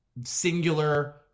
singular